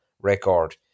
record